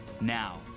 Now